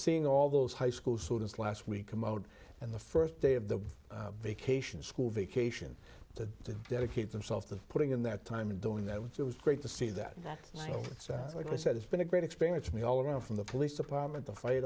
seeing all those high school students last week come out and the first day of the vacation school vacation to dedicate themselves to putting in that time and doing that which was great to see that that sounds like i said it's been a great experience me all around from the police department the fire